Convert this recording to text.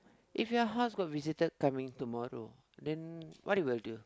if your house got visitor coming tomorrow then what you will do